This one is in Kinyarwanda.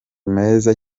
meza